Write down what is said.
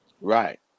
Right